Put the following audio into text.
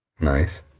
Nice